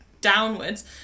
downwards